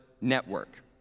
network